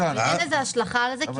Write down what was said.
אין לזה השלכה על ההחלטה הזאת.